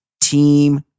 Team